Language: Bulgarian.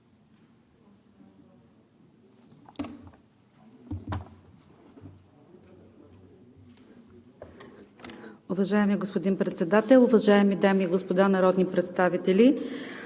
Уважаеми господин Председател, уважаеми дами и господа народни представители!